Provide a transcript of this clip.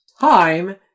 time